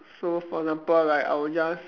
so for example like I'll just